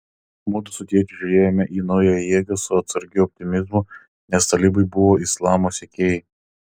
mudu su tėčiu žiūrėjome į naująją jėgą su atsargiu optimizmu nes talibai buvo islamo sekėjai